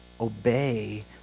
obey